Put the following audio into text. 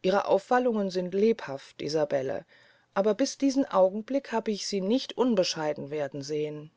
ihre aufwallungen sind lebhaft isabelle aber bis diesen augenblick hab ich sie nicht unbescheiden werden sehn